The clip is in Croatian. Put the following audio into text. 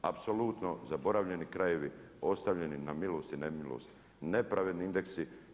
Apsolutno zaboravljeni krajevi ostavljeni na milost i nemilost, nepravedni indeksi.